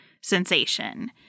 sensation